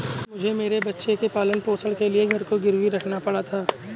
मुझे मेरे बच्चे के पालन पोषण के लिए घर को गिरवी रखना पड़ा था